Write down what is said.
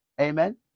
Amen